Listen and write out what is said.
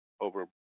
over